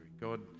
God